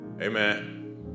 Amen